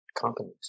companies